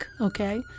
okay